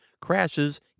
crashes